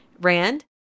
Rand